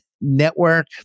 Network